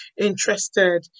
interested